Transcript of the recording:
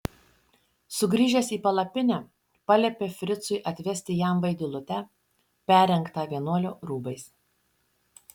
sugrįžęs į palapinę paliepė fricui atvesti jam vaidilutę perrengtą vienuolio rūbais